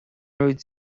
raibh